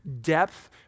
depth